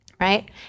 right